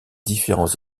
différents